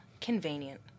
convenient